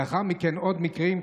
לאחר מכן היו עוד מקרים,